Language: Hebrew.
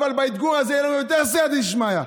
אבל באתגור הזה יהיה לנו יותר סייעתא דשמיא,